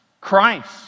Christ